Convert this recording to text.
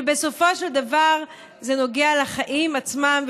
שבסופו של דבר זה נוגע לחיים עצמם,